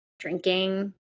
drinking